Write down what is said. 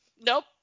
nope